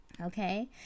okay